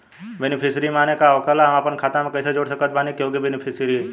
Beneficiary माने का होखेला और हम आपन खाता मे कैसे जोड़ सकत बानी केहु के बेनीफिसियरी?